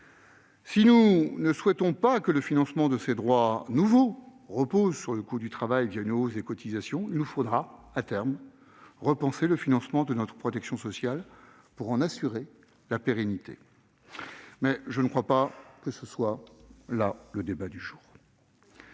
Si nous ne souhaitons pas que le financement de ces droits nouveaux repose sur le coût du travail via une hausse des cotisations, il nous faudra, à terme, repenser le financement de notre protection sociale pour en assurer la pérennité. Mais je crois que ce n'est pas là le débat du jour